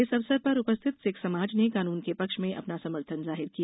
इस अवसर पर उपस्थित सिख समाज ने कानून के पक्ष में अपना समर्थन जाहिर किया